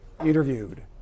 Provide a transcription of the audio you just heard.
interviewed